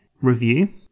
review